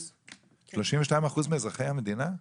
32% מאזרחי המדינה?